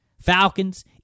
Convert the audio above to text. Falcons